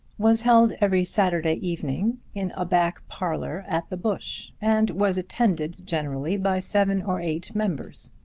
was held every saturday evening in a back parlour at the bush, and was attended generally by seven or eight members.